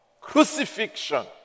crucifixion